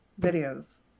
videos